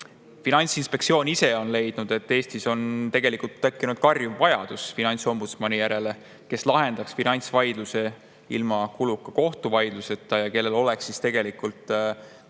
Finantsinspektsioon ise on leidnud, et Eestis on tekkinud karjuv vajadus finantsombudsmani järele, kes lahendaks finantsvaidlusi ilma kuluka kohtuvaidluseta ja kellel oleks sellise kiirema